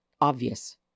obvious